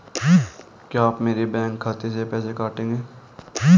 क्या आप मेरे बैंक खाते से पैसे काटेंगे?